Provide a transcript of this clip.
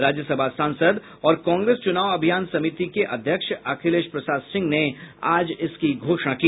राज्य सभा सांसद और कांग्रेस चूनाव अभियान समिति के अध्यक्ष अखिलेश प्रसाद सिंह ने आज इसकी घोषणा की